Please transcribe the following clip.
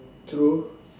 true